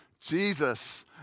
Jesus